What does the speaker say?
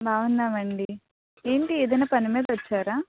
బాగున్నామండీ ఏంటి ఏదన్నా పని మీద వచ్చారా